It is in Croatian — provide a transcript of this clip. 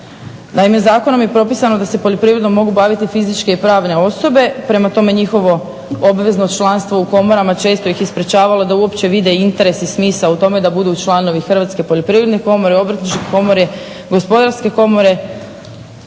Naime, zakonom je propisano da se poljoprivredom mogu baviti fizičke i pravne osobe, prema tome njihovo obvezno članstvo u komorama često ih je sprečavalo da uopće vide interes i smisao u tome da budu članovi Hrvatske poljoprivredne komore, Obrtničke komore, Gospodarske komore